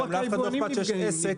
ולאף אחד גם לא אכפת שיש עסק.